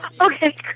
Okay